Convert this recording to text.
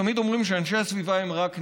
תמיד אומרים שאנשי הסביבה הם רק נגד.